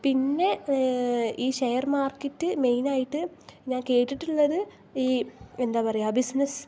പിന്നെ ഈ share market മെയ്നായിട്ട് ഞാൻ കേട്ടിട്ടുള്ളത് ഈ എന്താ പറയുക ബിസ്നെസ്സ്